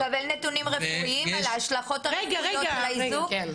הוא מקבל נתונים רפואיים על ההשלכות הרפואיות של האיזוק?